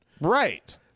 Right